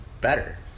better